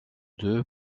deux